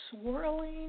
swirling